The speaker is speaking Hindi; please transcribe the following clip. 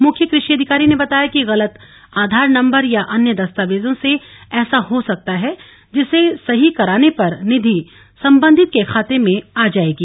मुख्य कृषि अधिकारी ने बताया कि गलत आधार नंबर या अन्य दस्तावेजों से ऐसा हो सकता है जिसे सही कराने पर निधि संबंधित के खाते में आ जाएगी